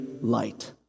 light